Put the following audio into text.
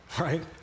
right